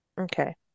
Okay